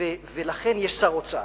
לכן יש שר אוצר,